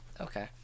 Okay